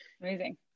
Amazing